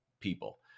people